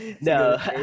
No